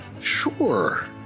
Sure